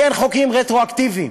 כי אין חוקים רטרואקטיביים.